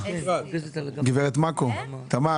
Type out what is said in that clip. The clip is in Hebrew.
קיבלנו תשובות לשאלות שהעלינו ובעקבות